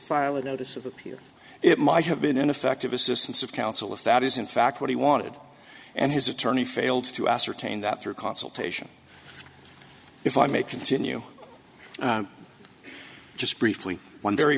file a notice of appeal or it might have been ineffective assistance of counsel if that is in fact what he wanted and his attorney failed to ascertain that through consultation if i may continue just briefly one very